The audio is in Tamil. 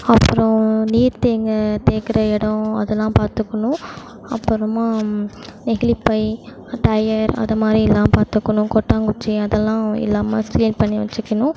அப்பறம் நீர் தேங்கற எடம் அதுல்லாம் பார்த்துக்கணும் அப்புறமா நெகிழி பை டயர் அது மாதிரி எல்லாம் பார்த்துக்கணும் கொட்டாங்குச்சி அதெல்லாம் இல்லாமல் கிளியர் பண்ணி வெச்சிக்கணும்